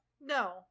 No